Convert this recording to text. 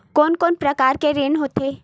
कोन कोन प्रकार के ऋण होथे?